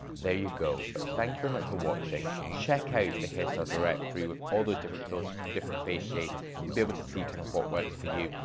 there you go. but thanks very much for watching. check out the hairstyle directory with all those different filters for different face shapes. you'll be able to see kind of what works for you.